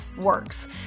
works